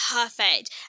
Perfect